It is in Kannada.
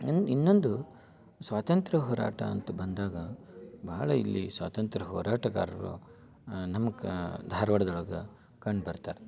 ಇನ್ನು ಇನ್ನೊಂದು ಸ್ವಾತಂತ್ರ್ಯ ಹೋರಾಟ ಅಂತ ಬಂದಾಗ ಬಹಳ ಇಲ್ಲಿ ಸ್ವಾತಂತ್ರ್ಯ ಹೋರಾಟಗಾರರು ನಮ್ಗೆ ಧಾರವಾಡದೊಳಗೆ ಕಂಡು ಬರ್ತಾರೆ